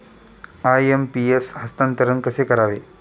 IMPS हस्तांतरण कसे करावे?